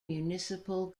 municipal